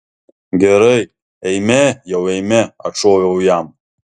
gerai eime jau eime atšoviau jam